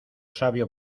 sabio